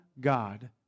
God